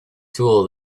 tool